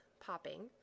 popping